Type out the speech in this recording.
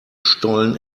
stollen